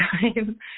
time